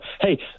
Hey